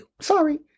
Sorry